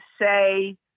say